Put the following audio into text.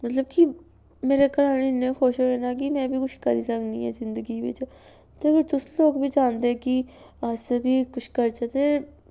मतलब कि मेरे घरा आह्ले इन्ने खुश होए ना कि में बी कुछ करी सकनी आं जिन्दगी बिच्च ते फिर तुस लोग बी चांह्दे कि अस बी कुछ करचै ते